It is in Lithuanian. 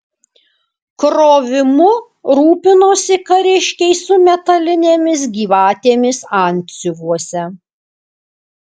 krovimu rūpinosi kariškiai su metalinėmis gyvatėmis antsiuvuose